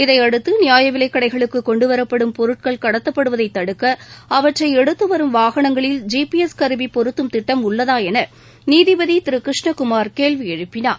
இதையடுத்து நியாயவிலைக் கடைகளுக்கு கொண்டுவரப்படும் பொருட்கள் கடத்தப்படுவதை தடுக்க அவற்றை எடுத்துவரும் வாகனங்களில் ஜி பி எஸ் கருவி பொருத்தும் திட்டம் உள்ளதா என நீதிபதி கிருஷ்ணகுமார் கேள்வி எழுப்பினார்